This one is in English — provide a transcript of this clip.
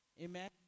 Amen